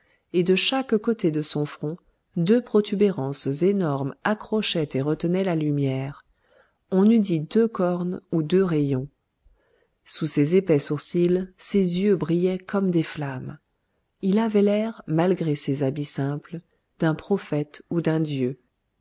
et de chaque côté de son front deux protubérances énormes accrochaient et retenaient la lumière on eût dit deux cornes ou deux rayons sous ses épais sourcils ses yeux brillaient comme des flammes il avait l'air malgré ses habits simples d'un prophète ou d'un dieu